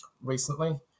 recently